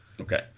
Okay